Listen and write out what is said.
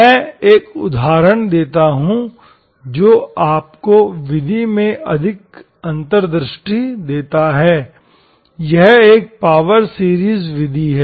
मैं एक उदाहरण देता हूं जो आपको विधि में अधिक अंतर्दृष्टि देता है यह एक पावर सीरीज विधि है